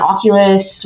Oculus